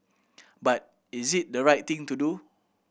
but is it the right thing to do